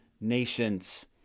nations